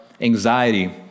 anxiety